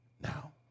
now